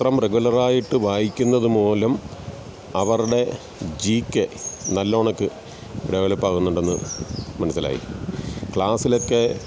പത്രം റെഗുലർ ആയിട്ട് വായിക്കുന്നത് മൂലം അവരുടെ ജി കെ നല്ല കണക്ക് ഡെവലപ്പ് ആകുന്നുണ്ടെന്ന് മനസ്സിലായി ക്ലാസിലൊക്കെ